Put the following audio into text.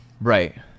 Right